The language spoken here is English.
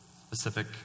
specific